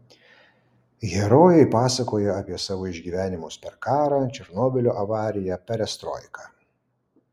herojai pasakoja apie savo išgyvenimus per karą černobylio avariją perestroiką